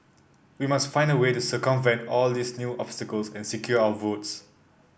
we must find a way to circumvent all these new obstacles and secure our votes